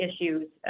issues